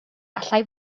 allai